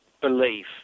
belief